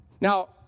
Now